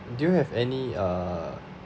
do you have any err